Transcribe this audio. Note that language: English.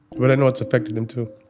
when i know it's affected them too.